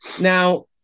Now